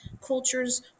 cultures